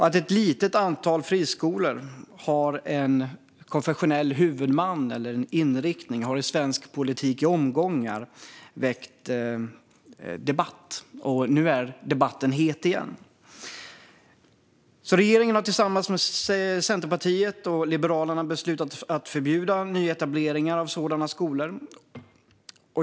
Att ett litet antal friskolor har en konfessionell huvudman eller inriktning har i svensk politik i omgångar väckt debatt. Nu är debatten het igen. Regeringen har tillsammans med Centerpartiet och Liberalerna beslutat att förbjuda nyetableringar av sådana skolor.